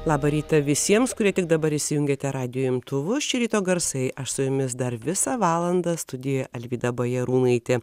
labą rytą visiems kurie tik dabar įsijungiate radijo imtuvus čia ryto garsai aš su jumis dar visą valandą studijoje alvyda bajarūnaitė